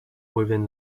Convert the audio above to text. within